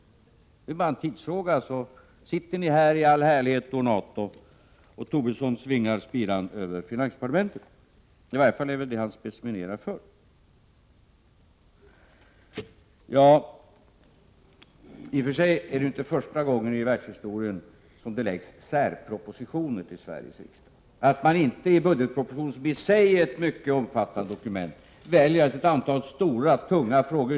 Det är bara en tidsfråga, sedan sitter ni här i all härlighet och i full ornat, och Tobisson svingar spiran över finansdepartementet.' I varje fall är det väl det han speciminerar för. Det är inte första gången i världshistorien som det läggs fram särpropositioner för Sveriges riksdag. I budgetpropositionen, som i sig är ett mycket omfattande dokument, tar man inte upp alla stora, tunga frågor.